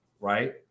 right